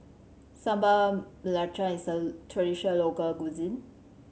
Sambal Belacan is a traditional local cuisine